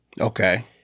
Okay